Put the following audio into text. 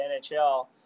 NHL